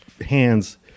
hands